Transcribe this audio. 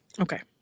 Okay